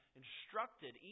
instructed